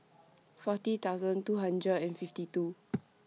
forty two hundred and fifty two